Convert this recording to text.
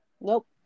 Nope